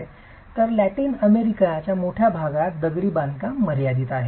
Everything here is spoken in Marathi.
खरं तर लॅटिन अमेरिकेच्या मोठ्या भागात दगडी बांधकाम मर्यादित आहेत